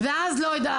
לא יודעת.